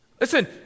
Listen